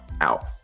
out